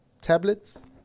tablets